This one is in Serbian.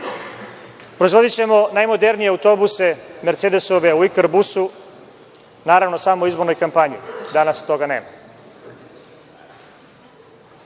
Proizvodićemo najmodernije autobuse, Mercedesove u „Ikarbusu“, naravno samo u izbornoj kampanji. Danas toga nema. Ne